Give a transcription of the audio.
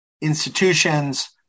institutions